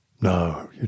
No